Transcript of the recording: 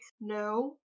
no